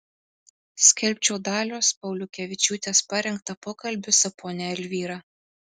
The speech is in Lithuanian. skelbčiau dalios pauliukevičiūtės parengtą pokalbį su ponia elvyra